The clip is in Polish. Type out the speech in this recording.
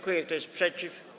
Kto jest przeciw?